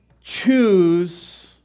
choose